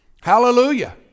Hallelujah